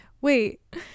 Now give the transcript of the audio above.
Wait